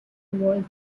world